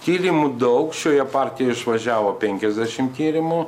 tyrimų daug šioje partijoj išvažiavo penkiasdešim tyrimų